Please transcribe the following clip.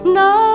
no